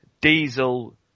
diesel